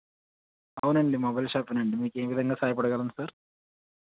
అవునండి mobile shop అండి మీకు ఏవిధంగా సహాయపడగలను సార్